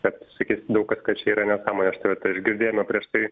kad sakys daugkas kad čia yra reklama aštri tai girdėjome prieš tai